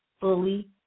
fully